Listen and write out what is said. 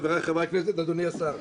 חבריי חברי הכנסת ואדוני השר,